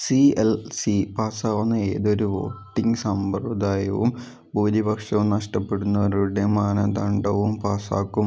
C L C പാസാവുന്ന ഏതൊരു voting സമ്പ്രദായവും ഭൂരിപക്ഷം നഷ്ടപ്പെടുന്നവരുടെ മാനദണ്ഡവും പാസാക്കും